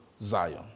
Zion